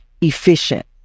efficient